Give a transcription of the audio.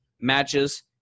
matches